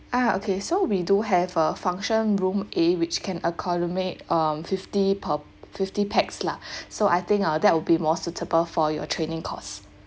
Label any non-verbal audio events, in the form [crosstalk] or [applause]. ah okay so we do have a function room A which can um fifty per fifty pax lah [breath] so I think uh that would be more suitable for your training course